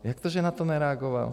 Jak to, že na to nereagoval?